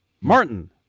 Martin